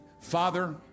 Father